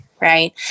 Right